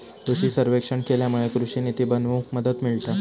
कृषि सर्वेक्षण केल्यामुळे कृषि निती बनवूक मदत मिळता